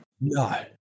No